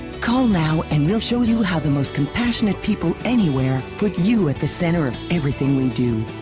call now and we'll show you how the most compassionate people anywhere put you at the center of everything we do.